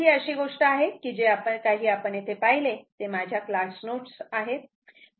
फक्त ही अशी गोष्ट आहे की जे काही आपण येथे पहिले ते माझ्या क्लास नोट्स आहे आहेत